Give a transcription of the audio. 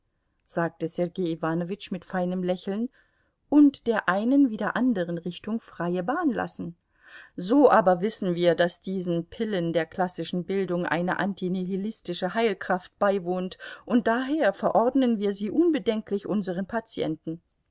sagte sergei iwanowitsch mit feinem lächeln und der einen wie der anderen richtung freie bahn lassen so aber wissen wir daß diesen pillen der klassischen bildung eine antinihilistische heilkraft beiwohnt und daher verordnen wir sie unbedenklich unseren patienten